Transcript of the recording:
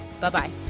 Bye-bye